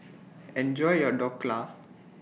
Enjoy your Dhokla